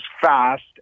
fast